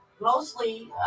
Mostly